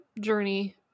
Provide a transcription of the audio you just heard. journey